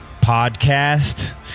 podcast